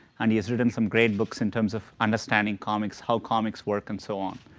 and he has has been some great books in terms of understanding comics, how comics work, and so on.